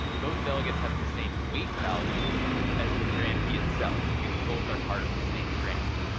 those delegates have the same weight value as the grantee itself because both are part of the same grant.